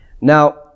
now